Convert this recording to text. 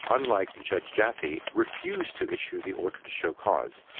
unlike the judge jaffe, refused to issue the order to show cause.